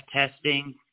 testing